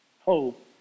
hope